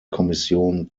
kommission